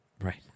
Right